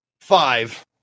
five